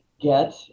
get